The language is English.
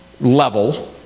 level